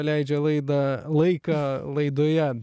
leidžia laidą laiką laidoje